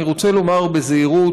אני רוצה לומר בזהירות,